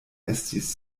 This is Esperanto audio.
estis